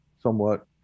somewhat